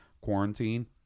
Quarantine